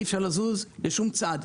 אי-אפשר לזוז לשום צד.